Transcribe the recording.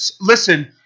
Listen